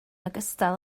ogystal